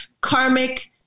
karmic